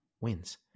wins